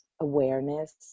awareness